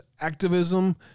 activism